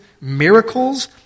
miracles